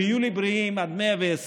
שיהיו לי בריאים עד 120,